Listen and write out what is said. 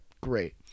great